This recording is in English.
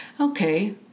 Okay